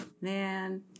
man